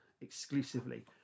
exclusively